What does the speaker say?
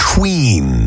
Queen